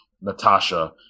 Natasha